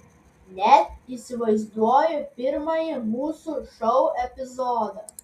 net įsivaizduoju pirmąjį mūsų šou epizodą